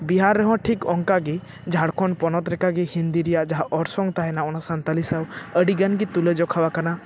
ᱵᱤᱦᱟᱨ ᱨᱮᱦᱚᱸ ᱴᱷᱤᱠ ᱚᱱᱠᱟᱜᱮ ᱡᱷᱟᱲᱠᱷᱚᱸᱰ ᱯᱚᱱᱚᱛ ᱞᱮᱠᱟᱜᱮ ᱦᱤᱱᱫᱤ ᱨᱮᱭᱟᱜ ᱡᱟᱦᱟᱸ ᱚᱨᱥᱚᱝ ᱛᱟᱦᱮᱱᱟ ᱚᱱᱟ ᱥᱟᱱᱛᱟᱞᱤ ᱥᱟᱶ ᱟᱹᱰᱤ ᱜᱟᱱ ᱜᱮ ᱛᱩᱞᱟᱹ ᱡᱚᱠᱷᱟ ᱟᱠᱟᱱᱟ